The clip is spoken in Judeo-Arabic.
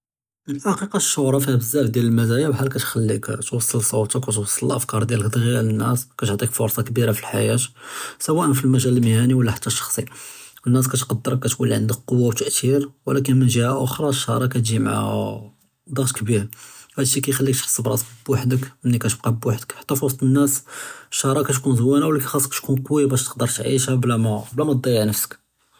פִּלְחַקִיקָה אֶלְשְהְרַה פִּיהָ בְּזַאף דִּיַאל אֶלְמַזַאיָא, בְּחַל כַּאתְחַלִّيك תּוֹסַל סְוּתְּך וְתּוֹסַל אֶלְאַפְקָּאר דִּיַאלְך דְּגִ'יַא לֶנָּאס וְכַאתְעַטִּיך פְּרְסָה כְּבִּירָה פִּלְחַיַאת, סִוָּא פִּלְמַגָ'אל אֶלְמִהְנִי וְלָא חַתִּי אֶלְשָּׁחְصִי וְאֶלְנָּאס כַּאתְקַדְּרְך כַּאתְכּוּן עַנְדַכ כּוּוַּה וְתַּאְתִּיר, וְלָקִין מִן גַּנְבּ אַחַר אֶלְשְהְרַה כַּאתְגִ'י מַעַ דַּغْط כְּבִּיר הַאד שִי כַּאיְחַלִّيك תְּחַס בְּרַאסְּך בְּוַחְדְּך, אֲנַא כַּאתְבְּקַא בְּוַחְדְּך חַתִּי פִּוְסְטּ אֶלְנָּאס. אֶלְשְהְרַה כַּאתְכּוּן זוּיְנָה וְלָקִין חַאסְּך תְּכוּן קוֹוִי בַּש תְּקַדֵּר תְּעַיִּשְּהָ בְּלָמָּא תְּדִיַע נַפְסְך.